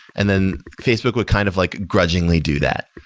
and then facebook would kind of like grudgingly do that.